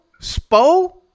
spo